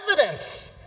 evidence